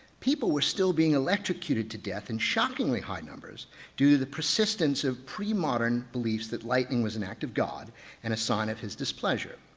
people were still being electrocuted to death in shockingly high numbers due to the persistence of pre-modern beliefs that lightning was an act of god and a sign of his displeasure.